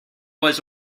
was